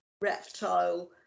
reptile